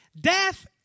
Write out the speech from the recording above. Death